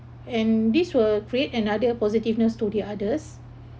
and this will create another positiveness to the others